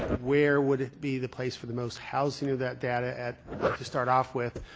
where would be the place for the most housing of that data at to start off with?